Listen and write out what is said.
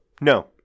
No